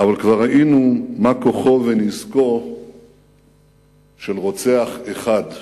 אבל כבר ראינו מה כוחו ונזקו של רוצח אחד.